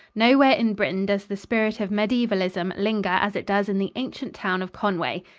nowhere in britain does the spirit of mediaevalism linger as it does in the ancient town of conway.